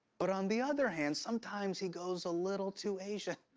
but on the other hand, sometimes he goes a little too asian.